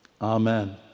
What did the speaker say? Amen